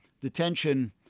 detention